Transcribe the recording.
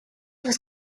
was